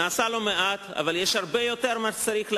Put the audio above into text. נעשה לא מעט, אבל יש הרבה יותר שצריך לעשות,